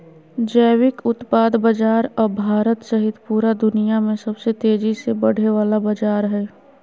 जैविक उत्पाद बाजार अब भारत सहित पूरा दुनिया में सबसे तेजी से बढ़े वला बाजार हइ